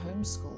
homeschool